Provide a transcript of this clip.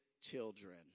children